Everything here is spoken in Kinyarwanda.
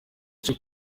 cyo